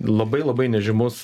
labai labai nežymus